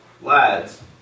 Lads